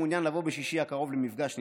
שמעוניין לבוא בשישי הקרוב למפגש נינוח,